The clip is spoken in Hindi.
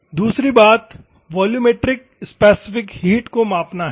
दूसरी बात वॉल्यूमेट्रिक स्पेसिफिक हीट को मापना है